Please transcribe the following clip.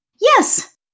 Yes